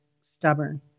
stubborn